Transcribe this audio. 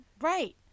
Right